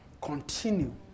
continue